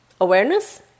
awareness